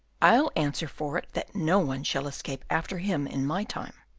i'll answer for it that no one shall escape after him in my time.